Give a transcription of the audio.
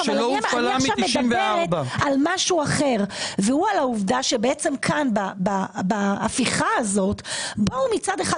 אבל אני מדברת על משהו אחר שכאן בהפיכה הזאת מצד אחד,